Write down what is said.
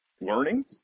learning